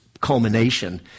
culmination